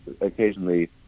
occasionally